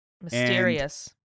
Mysterious